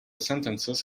sentences